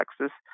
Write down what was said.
Texas